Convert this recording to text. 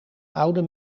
oude